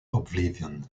oblivion